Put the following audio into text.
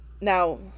now